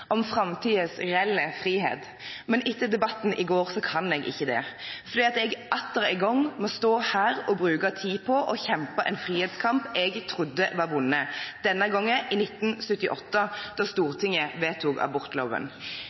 om framtidens reelle frihet, men etter debatten i går kan jeg ikke det, fordi jeg atter en gang må stå her og bruke tid på å kjempe en frihetskamp jeg trodde var vunnet – denne gangen i 1978, da Stortinget vedtok abortloven.